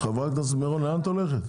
לאן את הולכת?